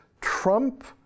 Trump